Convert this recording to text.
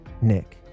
Nick